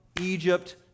Egypt